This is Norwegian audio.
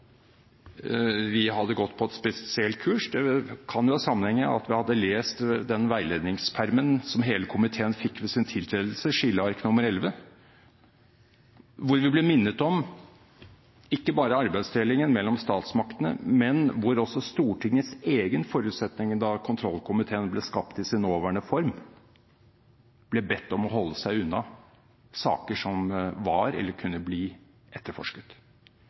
vi hadde gått på et spesielt kurs. Det kan ha sammenheng med at vi hadde lest den veiledningspermen som hele komiteen fikk ved sin tiltredelse, skilleark nr. 11, hvor vi ikke bare ble minnet om arbeidsdelingen mellom statsmaktene, men også om Stortingets egen forutsetning da kontrollkomiteen ble skapt i sin nåværende form, at komiteen ble bedt om å holde seg unna saker som var eller kunne bli etterforsket.